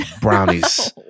Brownies